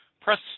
press